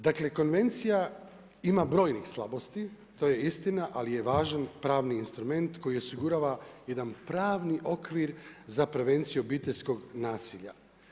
Dakle konvencija ima brojnih slabosti, to je istina ali je važan pravni instrument koji osigurava jedan pravni okvir za prevenciju obiteljskog nasilja.